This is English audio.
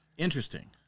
Interesting